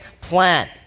plan